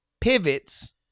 pivots